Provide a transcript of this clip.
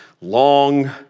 long